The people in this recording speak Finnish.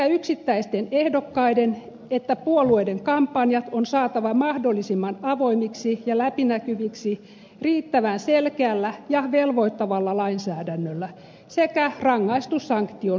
sekä yksittäisten ehdokkaiden että puolueiden kampanjat on saatava mahdollisimman avoimiksi ja läpinäkyviksi riittävän selkeällä ja velvoittavalla lainsäädännöllä sekä rangaistussanktion uhalla